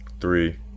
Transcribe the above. three